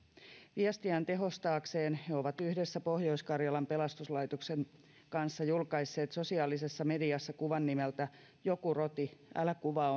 viestiään tehostaakseen he ovat yhdessä pohjois karjalan pelastuslaitoksen kanssa julkaisseet sosiaalisessa mediassa kuvan nimeltä joku roti älä kuvaa